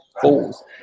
fools